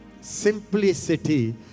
Simplicity